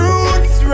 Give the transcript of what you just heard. Roots